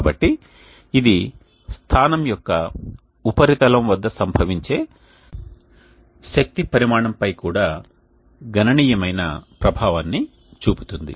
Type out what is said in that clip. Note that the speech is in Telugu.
కాబట్టి ఇది స్థానం యొక్క ఉపరితలం వద్ద సంభవించే శక్తి పరిమాణంపై కూడా గణనీయమైన ప్రభావాన్ని చూపుతుంది